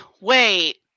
wait